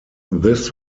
this